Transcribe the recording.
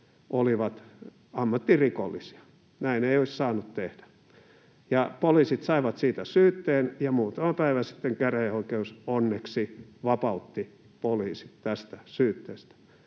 olivat ammattirikollisia. Näin ei olisi saanut tehdä, ja poliisit saivat siitä syytteen. Muutama päivä sitten käräjäoikeus onneksi vapautti poliisit tästä syytteestä.